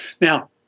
Now